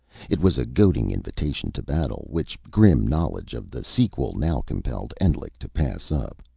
it was a goading invitation to battle, which grim knowledge of the sequel now compelled endlich to pass up.